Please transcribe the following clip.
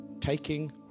taking